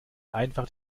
einfach